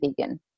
vegan